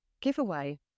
giveaway